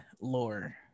lore